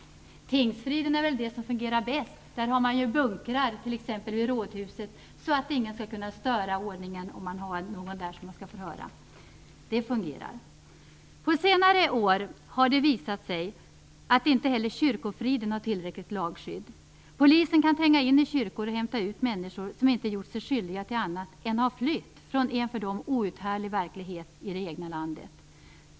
Tingsfriden är det som fungerar bäst. Man har bunkrar, t.ex. i Rådhuset, så att ingen skall kunna störa ordningen när någon skall förhöras. Det fungerar. På senare år har det visat sig att inte heller kyrkofriden har tillräckligt lagskydd. Polisen kan tränga in i kyrkor och hämta ut människor som inte har gjort sig skyldiga till annat än att ha flytt från en för dem outhärdlig verklighet i det egna landet.